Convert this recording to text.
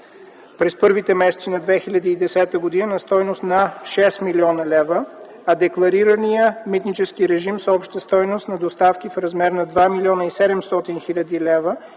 през първите месеци на 2010 г. на стойност 6 млн. лв., а декларираният митнически режим с обща стойност на доставки в размер на 2 млн. 700 хил. лв.